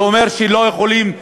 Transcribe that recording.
זה אומר שלא יכולים,